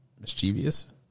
mischievous